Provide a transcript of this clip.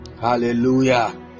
Hallelujah